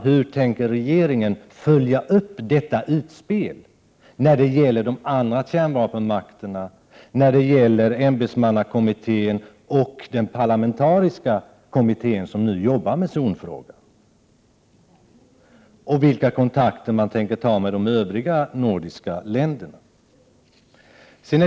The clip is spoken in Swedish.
Hur tänker regeringen i så fall följa upp detta utspel när det gäller de andra kärnvapenmakterna, ämbetsmannakommittén och den parlamentariska kommittén, som nu arbetar med zonfrågan? Vilka kontakter tänker regeringen ta med de övriga nordiska länderna?